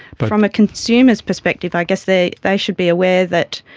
but from a consumer's perspective i guess they they should be aware that